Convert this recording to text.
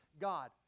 God